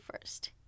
first